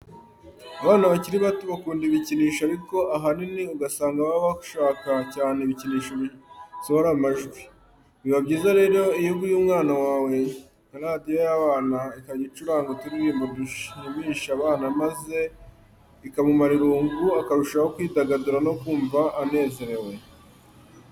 Abana bakiri bato bakunda ibikinisho ariko ahanini ugasanga baba bashaka cyane ibikinisho bisohora amajwi. Biba byiza rero iyo uguriye umwana wawe nka radiyo y'abana ikajya icuranga uturirimbo dushimisha abana maze ikamumara irungu akarushaho kwidagadura no kumva anezerewe.